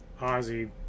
Ozzy